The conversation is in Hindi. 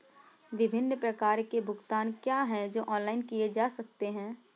विभिन्न प्रकार के भुगतान क्या हैं जो ऑनलाइन किए जा सकते हैं?